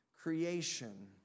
creation